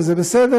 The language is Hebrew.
וזה בסדר.